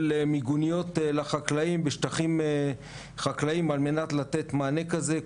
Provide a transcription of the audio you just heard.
מיגוניות לחקלאים בשטחים חקלאיים על מנת לתת מענה כזה,